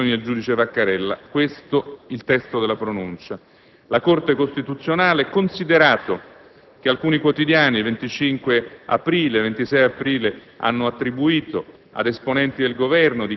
di respingere le dimissioni del giudice Vaccarella. Questo il testo della pronuncia: «La Corte costituzionale, considerato che alcuni quotidiani il 25 ed il 26 aprile u.s. hanno attribuito